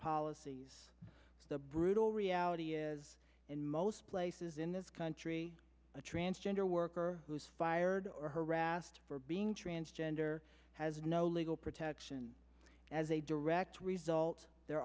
policies the brutal reality is in most places in this country a transgender worker who is fired or harassed for being transgender has no legal protection as a direct result there